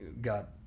Got